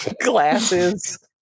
glasses